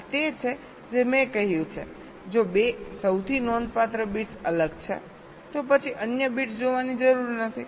આ તે છે જે મેં કહ્યું છે જો 2 સૌથી નોંધપાત્ર બિટ્સ અલગ છે તો પછી અન્ય બિટ્સ જોવાની જરૂર નથી